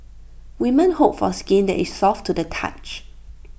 women hope for skin that is soft to the touch